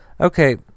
Okay